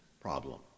problem